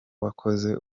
wakoze